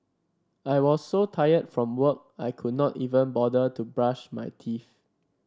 I was so tired from work I could not even bother to brush my teeth